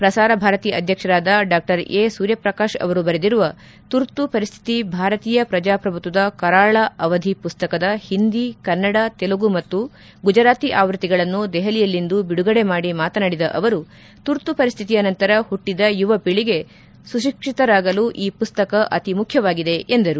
ಪ್ರಸಾರ ಭಾರತಿ ಅಧ್ಯಕ್ಷರಾದ ಡಾ ಎ ಸೂರ್ಯಪ್ರಕಾಶ್ ಅವರು ಬರೆದಿರುವ ತುರ್ತು ಪರಿಸ್ಥಿತಿ ಭಾರತೀಯ ಪ್ರಜಾಪ್ರಭುತ್ವದ ಕರಾಳ ಅವಧಿ ಪುಸ್ತಕದ ಹಿಂದಿ ಕನ್ನಡ ತೆಲುಗು ಮತ್ತು ಗುಜರಾತಿ ಆವೃತ್ತಿಗಳನ್ನು ದೆಹಲಿಯಲ್ಲಿಂದು ಬಿಡುಗಡೆ ಮಾಡಿ ಮಾತನಾಡಿದ ಅವರು ತುರ್ತು ಪರಿಸ್ಥಿತಿಯ ನಂತರ ಹುಟ್ಟದ ಯುವ ಪೀಳಿಗೆ ಸುಶಿಕ್ಷಿತರಾಗಲು ಈ ಪುಸ್ತಕ ಅತಿಮುಖ್ಯವಾಗಿದೆ ಎಂದರು